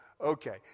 okay